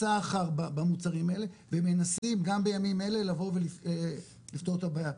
סחר במוצרים האלה ומנסים גם בימים אלה לפתור את הבעיה.